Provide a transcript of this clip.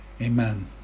Amen